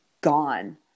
gone